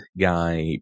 guy